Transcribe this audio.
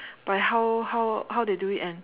by how how how they do it and